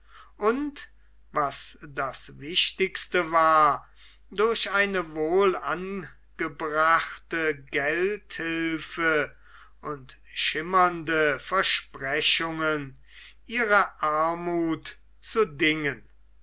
und was das wichtigste war durch eine wohlangebrachte geldhilfe und schimmernde versprechungen ihre armuth zu dingen